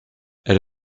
elle